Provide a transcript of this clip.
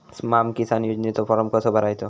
स्माम किसान योजनेचो फॉर्म कसो भरायचो?